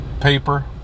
paper